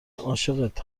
عاشقت